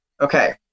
Okay